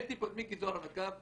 הבאתי את מיקי זוהר על הקו.